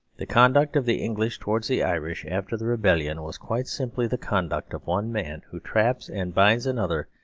the conduct of the english towards the irish after the rebellion was quite simply the conduct of one man who traps and binds another,